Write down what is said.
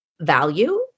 value